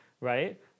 right